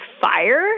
fire